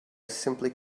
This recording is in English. simply